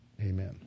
Amen